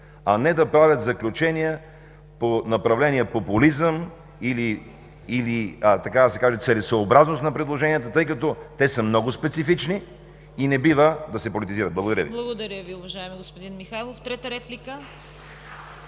а не да правят заключения по направление популизъм или, така да се каже, целесъобразност на предложенията, тъй като те са много специфични и не бива да се политизират. Благодаря Ви.